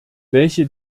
welche